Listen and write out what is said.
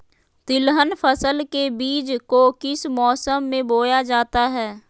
तिलहन फसल के बीज को किस मौसम में बोया जाता है?